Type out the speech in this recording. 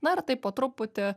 na ir taip po truputį